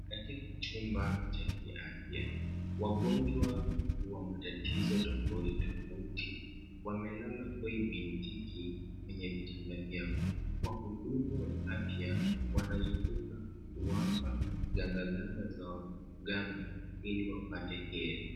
Katika chumba cha kiafya, wagonjwa wa matatizo tofauti tofauti, wamelala hoi bin tiki kwenye vitanda vyao .Wahudumu wa afya wanazunguka kuwapa ganga ganga za waganga ili wapate heri.